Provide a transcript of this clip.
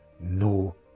no